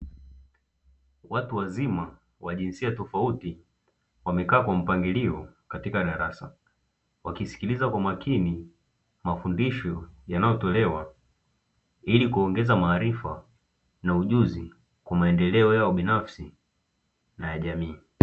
Watu wazima wa jinsia tofauti wamekaa kwa mpangilio katika darasa, wakisikiliza kwa makini mafundisho yanayotolewa ili kuongeza maarifa na ujuzi kwa maendeleo yao binafsi na ya jamii.